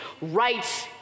rights